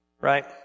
right